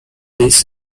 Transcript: this